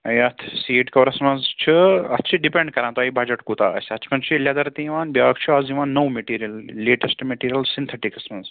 یتھ seat covers مَنٛز چھُ اتھ چھِ ڈِپینٛڈ کَران تۄہہِ بَجَٹ کوٗتاہ آسہِ اَتھ چھِ لیٚدَر تہِ یِوان بیاکھ چھُ آز یِوان نوٚو میٚٹیٖریَل لیٹیٚسٹ میٚٹیٖریَل سِنتھیٚٹِکَس مَنٛز